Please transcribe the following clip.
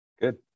Good